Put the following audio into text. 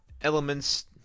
elements